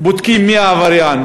בודקים מי העבריין.